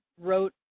wrote